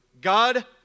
God